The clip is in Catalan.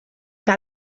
que